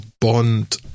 Bond